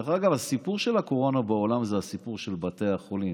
הסיפור של הקורונה בעולם זה הסיפור של בתי החולים,